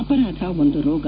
ಅಪರಾಧ ಒಂದು ರೋಗ